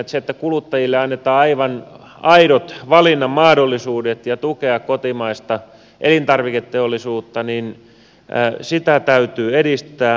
sitä että kuluttajille annetaan aivan aidot valinnan mahdollisuudet tukea kotimaista elintarviketeollisuutta täytyy edistää